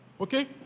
Okay